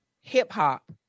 hip-hop